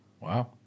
Wow